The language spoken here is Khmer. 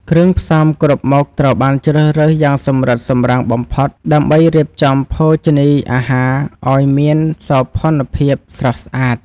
គ្រឿងផ្សំគ្រប់មុខត្រូវបានជ្រើសរើសយ៉ាងសម្រិតសម្រាំងបំផុត ដើម្បីរៀបចំភោជនីយអាហារឱ្យមានសោភ័ណភាពស្រស់ស្អាត។